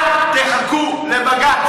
אל תחכו לבג"ץ.